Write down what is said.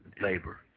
labor